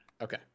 Okay